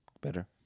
better